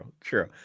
true